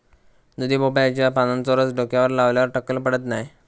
दुधी भोपळ्याच्या पानांचो रस डोक्यावर लावल्यार टक्कल पडत नाय